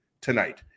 tonight